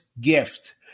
gift